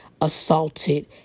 assaulted